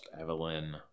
Evelyn